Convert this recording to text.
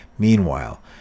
Meanwhile